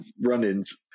run-ins